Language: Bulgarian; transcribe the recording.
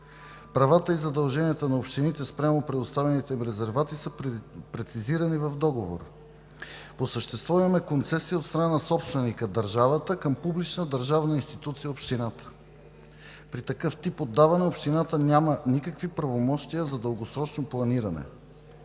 Правата и задълженията на общините спрямо предоставените им резервати са прецизирани в договор. По същество имаме концесия от страна на собственика – държавата към публична държавна институция – общината. При такъв тип отдаване общината няма никакви правомощия за дългосрочно планиране.